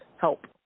help